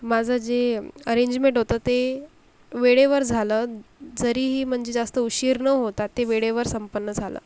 माझं जे अरेंजमेट होतं ते वेळेवर झालं जरीही म्हणजे जास्त उशीर न होता ते वेळेवर संपन्न झालं